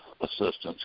assistance